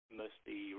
mostly